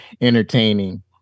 entertaining